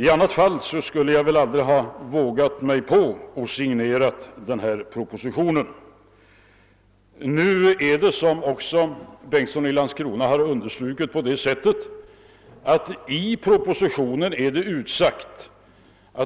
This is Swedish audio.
I annat fall skulle jag väl aldrig ha vågat mig på att signera propositionen. Som herr Bengtsson i Landskrona framhöll har det i denna också utsagts, att